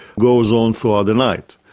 goes on throughout the night.